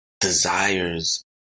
desires